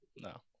No